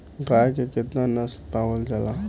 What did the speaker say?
गाय के केतना नस्ल पावल जाला?